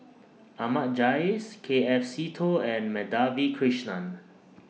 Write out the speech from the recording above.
Ahmad Jais K F Seetoh and Madhavi Krishnan